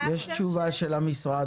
יש תשובה של המשרד,